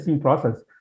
process